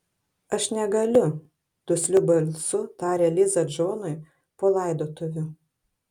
aš negaliu dusliu balsu tarė liza džonui po laidotuvių